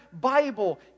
Bible